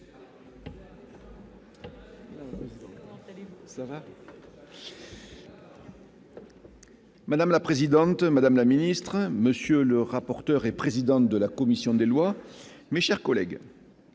Madame la présidente, madame la ministre, monsieur le rapporteur et président de la commission des lois, mes chers collègues,